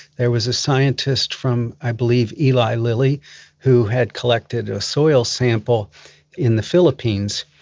there was a scientist from i believe eli lilly who had collected a soil sample in the philippines.